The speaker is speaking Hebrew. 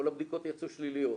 כל הבדיקות יצאו שליליות.